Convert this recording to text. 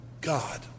God